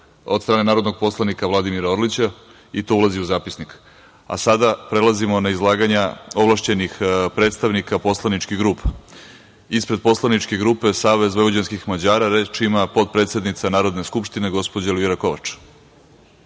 od strane narodnog poslanika Vladimira Orlića i to ulazi u zapisnik. Sada prelazimo na izlaganja ovlašćenih predstavnika poslaničkih grupa. Ispred poslaničke grupe SVM reč ima potpredsednica Narodne skupštine gospođa Elvira Kovač.